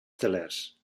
telers